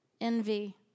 envy